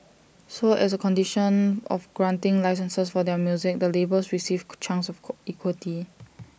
so as A condition of granting licences for their music the labels received chunks of equity